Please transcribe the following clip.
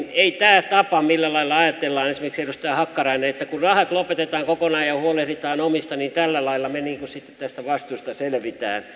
ei tämä tapa toimi millä lailla ajattelee esimerkiksi edustaja hakkarainen että kun rahat lopetetaan kokonaan ja huolehditaan omista niin tällä lailla me sitten tästä vastuusta selvitään